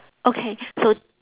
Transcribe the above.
okay so